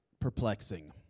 perplexing